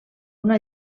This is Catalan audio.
una